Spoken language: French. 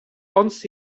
hans